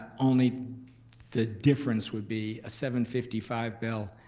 only the difference would be a seven fifty five bell.